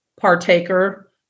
partaker